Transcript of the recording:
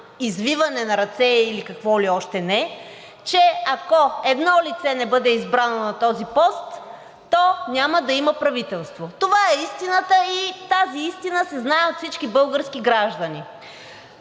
извиване на ръце и какво ли още не, че ако едно лице не бъде избрано на този пост, то няма да има правителство. Това е истината и тази истина се знае от всички български граждани.